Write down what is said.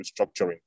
restructuring